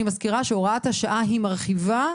אני מזכירה שהוראת השעה מרחיבה,